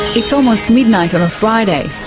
it's almost midnight on a friday.